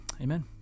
amen